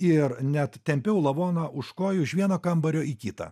ir net tempiau lavoną už kojų iš vieno kambario į kitą